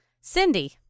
Cindy